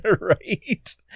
Right